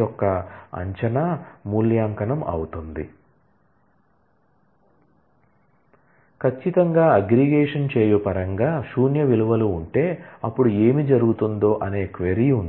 యొక్క అంచనా మూల్యాంకనం ఖచ్చితంగా అగ్రిగేషన్ చేయు పరంగా శూన్య విలువలు ఉంటే అప్పుడు ఏమి జరుగుతుందో అనే క్వరీ ఉంది